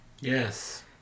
Yes